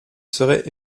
serait